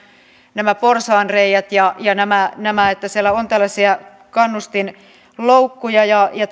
porsaanreiät ja ja nämä nämä että siellä on kannustinloukkuja ja ja